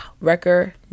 record